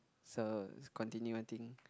so is continue I think